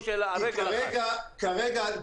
על רגל אחת --- כי כרגע,